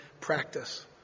practice